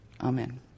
Amen